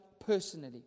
personally